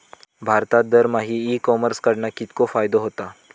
भारतात दरमहा e commerce कडणा कितको फायदो होता?